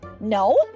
No